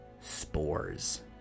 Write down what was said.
spores